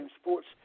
sports